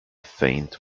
faint